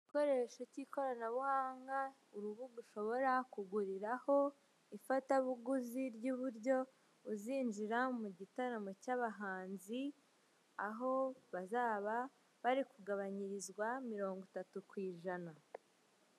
Igikoresho cy'ikoranabuhanga urubuga ushobora kuguriraho ifatabuguzi ry'uburyo uzinjira mu gitaramo cy'abahanzi aho bazaba bari kugabanyirizwa mirongo itatu ku ijana.